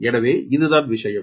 எனவே இதுதான் விஷயம்